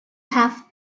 have